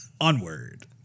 Onward